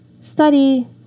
study